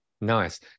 nice